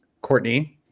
Courtney